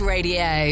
Radio